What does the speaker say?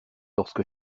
lorsque